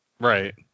Right